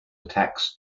attacks